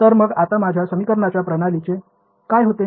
तर मग आता माझ्या समीकरणांच्या प्रणालीचे काय होते